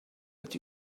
but